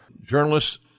journalists